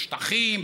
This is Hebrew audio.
בשטחים,